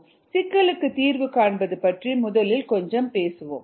சிக்கலுக்கு தீர்வு காண்பது பற்றி முதலில் கொஞ்சம் பேசுவோம்